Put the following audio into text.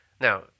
Now